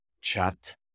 chat